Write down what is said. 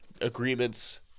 agreements